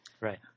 Right